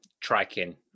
tracking